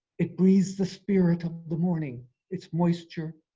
it breathes the spirit of the morning its moisture,